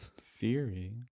Siri